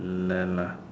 lend